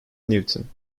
newton